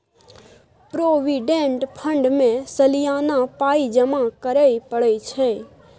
provident fund मे सलियाना पाइ जमा करय परय छै